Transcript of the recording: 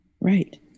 right